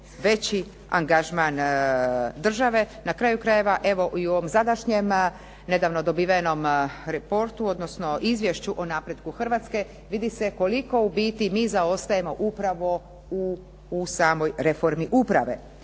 veći angažman države. Na kraju krajeva evo i u ovom sadašnjem, nedavno dobivenom reportu, odnosno Izvješću o napretku Hrvatske vidi se koliko u biti mi zaostajemo upravo u samoj reformi uprave